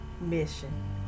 mission